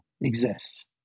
exists